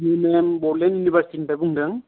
मेम बड'लेन्ड इउनिभारसिटीनिफ्राय बुंदों